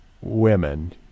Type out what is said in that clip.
women